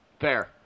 Fair